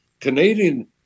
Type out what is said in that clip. Canadian